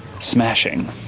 Smashing